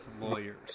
lawyers